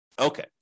Okay